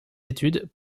études